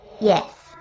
Yes